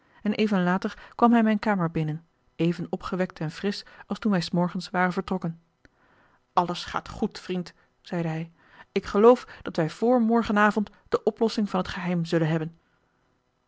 en even later kwam hij mijn kamer binnen even opgewekt en frisch als toen wij s morgens waren vertrokken alles gaat goed vriend zeide hij ik geloof dat wij voor morgen avond de oplossing van het geheim zullen hebben